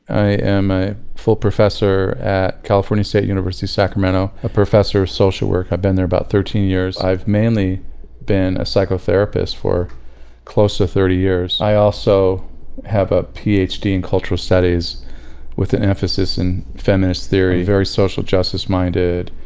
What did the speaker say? i am a full professor at california state university sacramento. a professor of social work i've been there about thirteen years. i've mainly been a psychotherapist for close to thirty years. i also have a ph d in cultural studies with an emphasis in feminist theory. i'm very social justice minded,